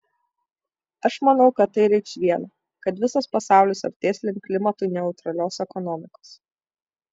aš manau kad tai reikš viena kad visas pasaulis artės link klimatui neutralios ekonomikos